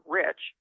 rich